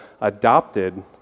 adopted